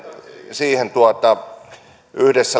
siihen yhdessä